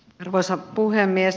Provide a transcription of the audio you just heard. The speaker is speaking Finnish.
arvoisa puhemies